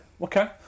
okay